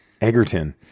Egerton